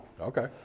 Okay